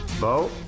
Bo